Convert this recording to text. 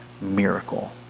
miracle